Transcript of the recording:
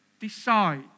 decide